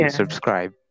subscribe